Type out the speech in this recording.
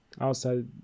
outside